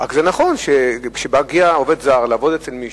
רק שזה נכון שכשמגיע עובד זר לעבוד אצל מישהו,